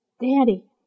Daddy